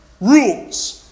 rules